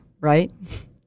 right